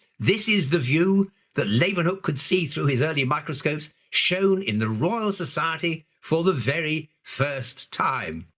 this is the view that leeuwenhoek could see through his early microscopes shown in the royal society for the very first time.